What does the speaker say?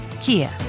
Kia